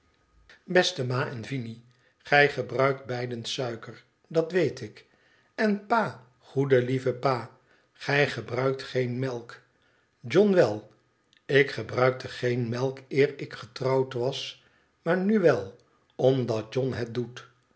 beste ma en vinie gij gebruikt beiden suiker dat weet ik en pa goede lieve pa gij gebruikt geen melk john wel ik gebruikte geen melk eer ik getrouwd was maar nu wel omdat john het doet